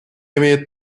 имеет